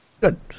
good